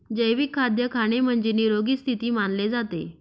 जैविक खाद्य खाणे म्हणजे, निरोगी स्थिती मानले जाते